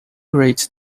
reads